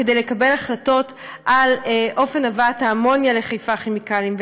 כדי לקבל החלטות על אופן הבאת האמוניה לחיפה כימיקלים.